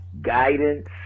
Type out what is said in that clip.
Guidance